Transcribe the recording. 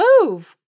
move